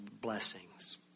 blessings